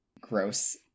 gross